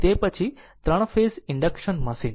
તે પછી 3 phase induction machine